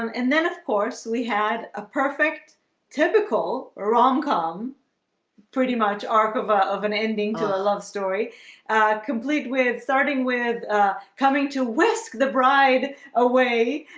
um and then of course, we had a perfect typical rom-com pretty much our cover of an ending to the love story complete with starting with coming to whisk the bride away